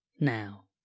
now